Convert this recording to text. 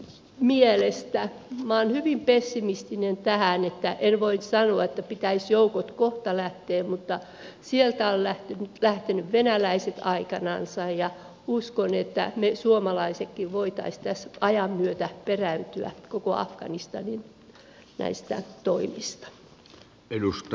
minä olen hyvin pessimistinen tässä vaikka en voi sanoa että pitäisi joukkojen kohta lähteä mutta sieltä ovat lähteneet venäläiset aikoinansa ja uskon että me suomalaisetkin voisimme tässä ajan myötä peräytyä koko afganistanin toimista